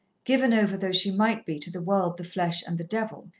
given over though she might be to the world, the flesh and the devil,